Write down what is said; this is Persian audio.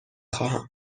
خواهم